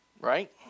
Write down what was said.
Right